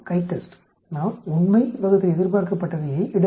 CHITEST நாம் உண்மை ÷ எதிர்பார்க்கப்பட்டவையை இட வேண்டும்